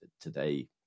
today